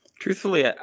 Truthfully